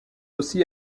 aussi